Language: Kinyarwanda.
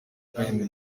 gahini